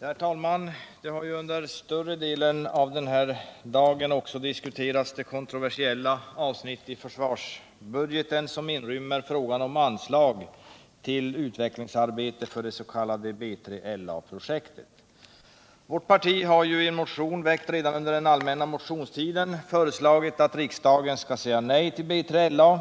Herr talman! Under större delen av dagen har ju här också diskuterats det kontroversiella avsnitt i försvarsbudgeten som inrymmer frågan om anslag till utvecklingsarbete för det s.k. B3LA-projektet. Vårt parti har i en motion, väckt redan under den allmänna motionstiden, föreslagit att riksdagen skall säga nej till BILA